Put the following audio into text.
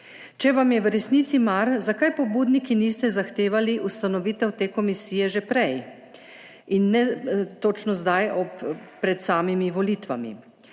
Če vam je v resnici mar, zakaj pobudniki niste zahtevali ustanovitve te komisije že prej in ne točno zdaj pred samimi volitvami?